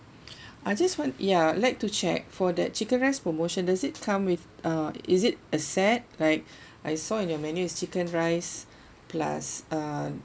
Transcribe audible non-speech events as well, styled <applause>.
<breath> I just want yeah I'd like to check for that chicken rice promotion does it come with uh is it a set like <breath> I saw in your menu is chicken rice plus uh